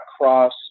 cross